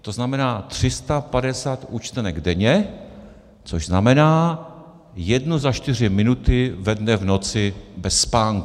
To znamená, 350 účtenek denně, což znamená, jedna za čtyři minuty ve dne v noci bez spánku.